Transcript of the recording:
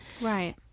Right